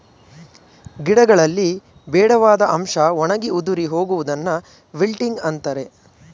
ಗಿಡಗಳಲ್ಲಿ ಬೇಡವಾದ ಅಂಶ ಒಣಗಿ ಉದುರಿ ಹೋಗುವುದನ್ನು ವಿಲ್ಟಿಂಗ್ ಅಂತರೆ